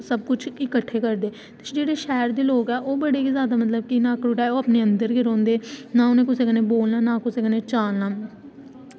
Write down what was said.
ते सबकुछ इक्कट्ठे करदे ते जेह्ड़े शैह्र दे लोग न ओह् मतलब की जादै अपने घर दे अंदर गै रौहंदे ना उनें कुसै कन्नै बोलना ना चालना